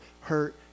hurt